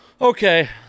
Okay